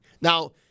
Now